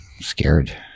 Scared